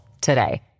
today